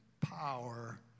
power